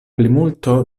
plimulto